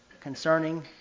concerning